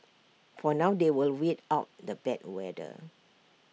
for now they will wait out the bad weather